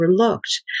overlooked